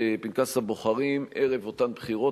פנקס בוחרים מעודכן ערב אותן בחירות,